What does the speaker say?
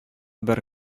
бер